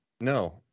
No